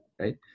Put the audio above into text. right